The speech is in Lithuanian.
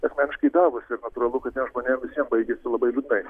asmeniškai įdavus ir natūralu kad na žmonėm visiem baigėsi labai liūdnai